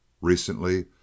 Recently